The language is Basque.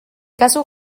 kasu